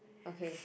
okay